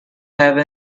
have